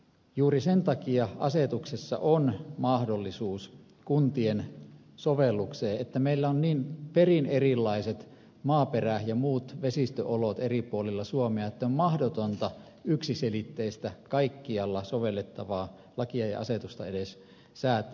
juuri sen takia asetuksessa on mahdollisuus kuntien soveltamiseen että meillä on niin perin erilaiset maaperä ja vesistöolot eri puolilla suomea että on mahdotonta yksiselitteistä kaikkialla sovellettavaa lakia ja asetusta edes säätää